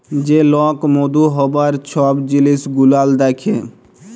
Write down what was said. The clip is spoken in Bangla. যে লক মধু হ্যবার ছব জিলিস গুলাল দ্যাখে